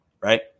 Right